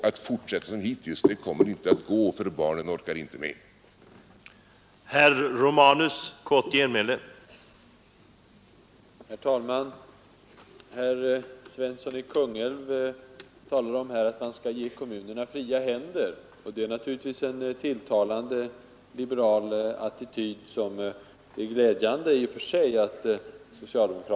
Att fortsätta som hittills kommer inte att gå, för barnen orkar inte med det.